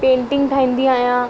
painting ठाहींदी आहियां